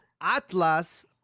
Atlas